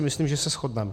Myslím si, že se shodneme.